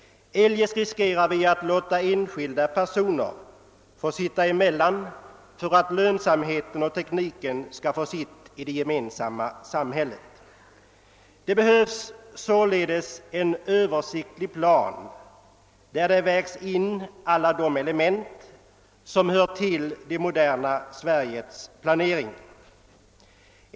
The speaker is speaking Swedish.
Eljest riskerar vi att enskilda personer får sitta emellan för att lönsamheten och tekniken skall få sitt. Det behövs således en översiktlig plan där man väger in alla de element som hör till det moderna Sveriges planering.